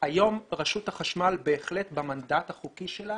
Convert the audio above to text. רשות החשמל בהחלט במנדט החוקי שלה